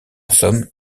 somme